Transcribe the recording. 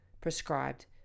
prescribed